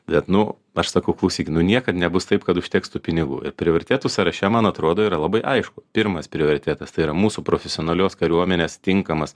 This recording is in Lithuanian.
bet nu aš sakau klausyk nu niekad nebus taip kad užteks tų pinigų ir prioritetų sąraše man atrodo yra labai aišku pirmas prioritetas tai yra mūsų profesionalios kariuomenės tinkamas